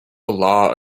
law